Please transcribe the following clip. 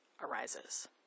arises